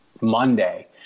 Monday